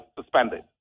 suspended